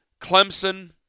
Clemson